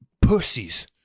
pussies